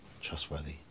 trustworthy